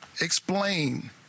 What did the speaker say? explain